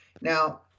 now